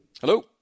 Hello